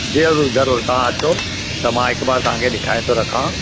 ज़रूर ज़रूर तव्हां अचो त मां हिकु बार तव्हांखे ॾिखाए थो रखा